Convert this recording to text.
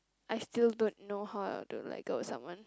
I still don't know how to let go of someone